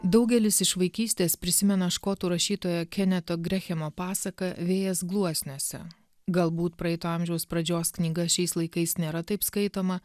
daugelis iš vaikystės prisimena škotų rašytojo keneto grehemo pasaką vėjas gluosniuose galbūt praeito amžiaus pradžios knyga šiais laikais nėra taip skaitoma